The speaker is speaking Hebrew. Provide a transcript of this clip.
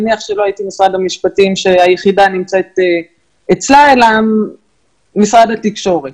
נניח שלא הייתי משרד המשפטים שהיחידה נמצאת אצלו אלא משרד התקשורת,